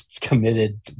committed